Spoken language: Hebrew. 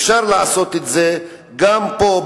אפשר לעשות את זה גם פה,